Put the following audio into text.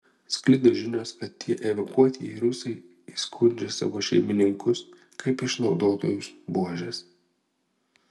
sklido žinios kad tie evakuotieji rusai įskundžia savo šeimininkus kaip išnaudotojus buožes